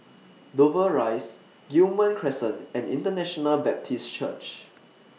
Dover Rise Guillemard Crescent and International Baptist Church